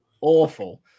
awful